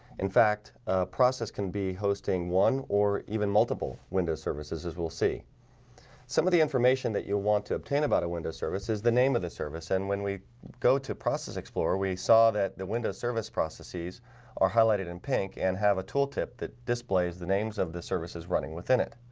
in fact process can be hosting one or even multiple windows services as we'll see some of the information that you'll want to obtain about a windows service is the name of the service and when we go to process explorer we saw that the windows service processes are highlighted in pink and have a tooltip that displays the names of the services running within it